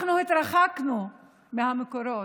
אנחנו התרחקנו מהמקורות,